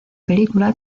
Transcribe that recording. película